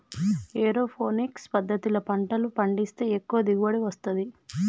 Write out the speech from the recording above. aeroponics పద్దతిల పంటలు పండిస్తే ఎక్కువ దిగుబడి వస్తది